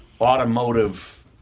automotive